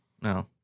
No